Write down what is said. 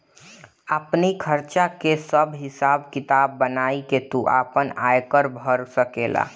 आपनी खर्चा कअ सब हिसाब किताब बनाई के तू आपन आयकर भर सकेला